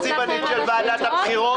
איפה התקציבנית של ועדת הבחירות?